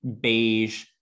beige